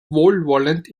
wohlwollend